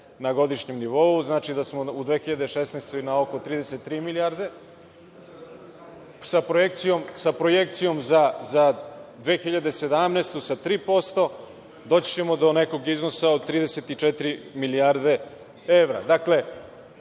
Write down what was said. na godišnjem nivou, znači da smo u 2016. godini na oko 33 milijarde. Sa projekcijom za 2017. godinu sa 3%, doći ćemo do nekog iznosa od 34 milijarde